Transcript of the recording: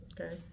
Okay